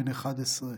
בן 11,